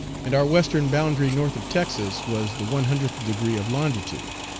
and our western boundary north of texas was the one hundredth degree of longitude.